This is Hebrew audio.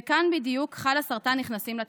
וכאן בדיוק חלאסרטן נכנסים לתמונה.